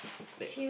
like